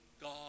God